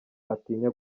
atinya